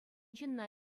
ҫынна